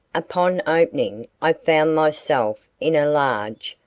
upon opening i found myself in a large,